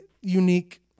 unique